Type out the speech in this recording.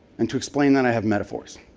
and to explain that, i have metaphors.